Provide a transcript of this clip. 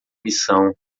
missão